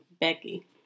Becky